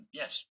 yes